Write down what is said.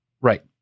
Right